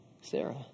Sarah